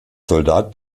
soldat